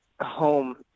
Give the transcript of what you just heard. home